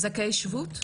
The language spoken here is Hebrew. זכאי שבות?